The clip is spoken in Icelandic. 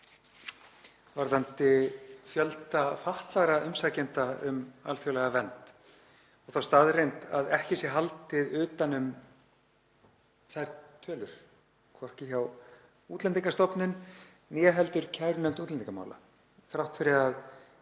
varðandi fjölda fatlaðra umsækjenda um alþjóðlega vernd og þá staðreynd að ekki sé haldið utan um þær tölur, hvorki hjá Útlendingastofnun né heldur kærunefnd útlendingamála, þrátt fyrir að